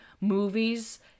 movies